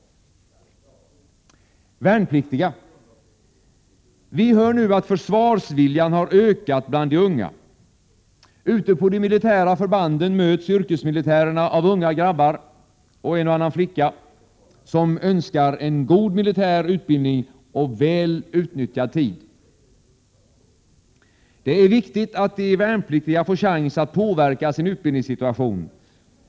Vi hör nu att försvarsviljan har ökat bland de unga. Ute på de militära förbanden möts yrkesmilitärerna av unga grabbar — och en och annan flicka — som önskar sig en god militär utbildning och väl utnyttjad tid. Det är viktigt att de värnpliktiga får chans att påverka sin utbildningssituation.